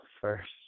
first